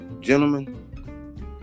gentlemen